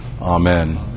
Amen